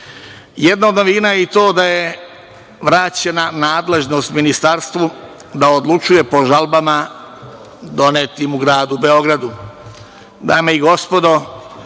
od novina je i to da je vraćena nadležnost ministarstvu da odlučuje po žalbama donetim u gradu Beogradu. Dame